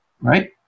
Right